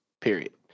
period